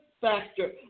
factor